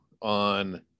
on